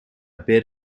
bit